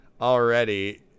already